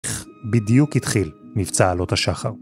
בדיוק התחיל מבצע עלות השחר.